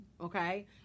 okay